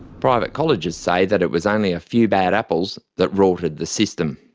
private colleges say that it was only a few bad apples that rorted the system.